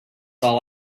all